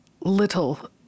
little